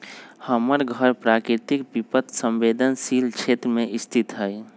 हमर घर प्राकृतिक विपत संवेदनशील क्षेत्र में स्थित हइ